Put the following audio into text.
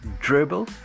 Dribble